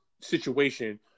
situation